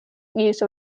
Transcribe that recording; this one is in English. use